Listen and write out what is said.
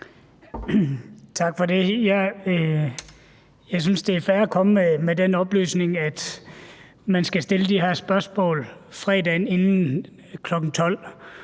Tak for det. Jeg synes, det er fair at komme med den oplysning, at man skal stille de her spørgsmål om fredagen inden kl. 12.00,